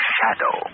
Shadow